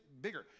bigger